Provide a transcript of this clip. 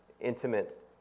intimate